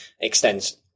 extends